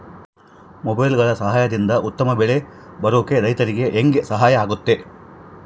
ಮೊಬೈಲುಗಳ ಸಹಾಯದಿಂದ ಉತ್ತಮ ಬೆಳೆ ಬರೋಕೆ ರೈತರಿಗೆ ಹೆಂಗೆ ಸಹಾಯ ಆಗುತ್ತೆ?